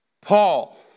Paul